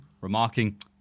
remarking